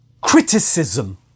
criticism